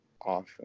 awesome